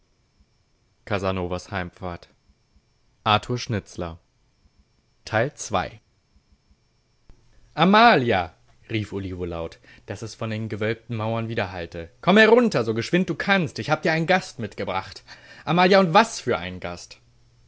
amalia rief olivo laut daß es von den gewölbten mauern widerhallte komm herunter so geschwind du kannst ich hab dir einen gast mitgebracht amalia und was für einen gast